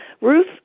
Ruth